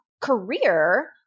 career